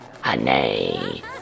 honey